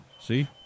see